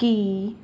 ਕੀ